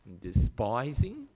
despising